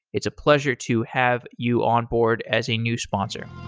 it's a pleasure to have you onboard as a new sponsor